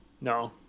no